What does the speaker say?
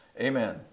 Amen